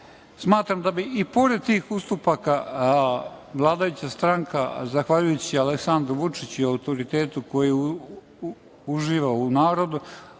da bi i pored tih ustupaka vladajuća stranka, zahvaljujući Aleksandru Vučiću i autoritetu koji uživa u narodu,